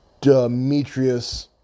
Demetrius